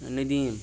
Nadeem